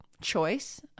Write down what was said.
choice